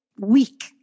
weak